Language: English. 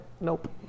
Nope